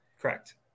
Correct